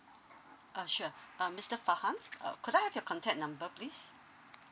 uh sure uh mister fahan could I have your contact number please